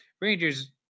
Rangers